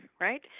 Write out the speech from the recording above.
right